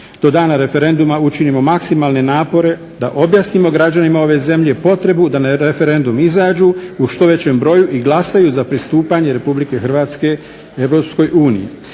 do dana referenduma učinimo maksimalne napore da objasnimo građanima ove zemlje potrebu da na referendum izađu u što većem broju i glasaju za pristupanje Republike Hrvatske